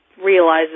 realizes